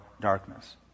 darkness